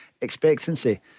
expectancy